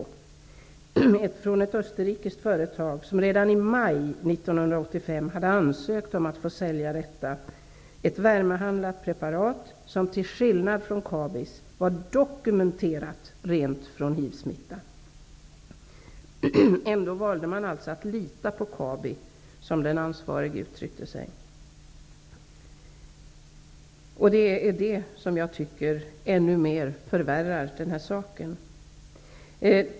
Det fanns ett från ett österrikiskt företag, som redan i maj 1985 hade ansökt om att få sälja detta. Det var ett värmebehandlat preparat, som till skillnad från Kabis preparat var dokumenterat rent från hivsmitta. Trots detta valde man alltså att ''lita på Kabi'', som den ansvarige uttryckte sig. Detta förvärrar saken ännu mer.